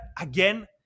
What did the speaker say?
again